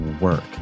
work